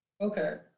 Okay